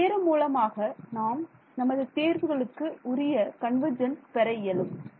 இந்த தியரம் மூலமாக நாம் நமது தேர்வுகளுக்கு உரிய கன்வர்ஜென்ஸ் பெற இயலும்